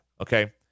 okay